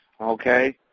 Okay